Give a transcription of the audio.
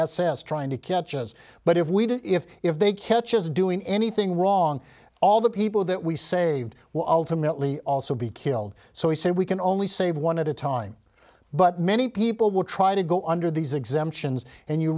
s trying to catch as but if we did if if they catch us doing anything wrong all the people that we saved will ultimately also be killed so he said we can only save one at a time but many people will try to go under these exemptions and you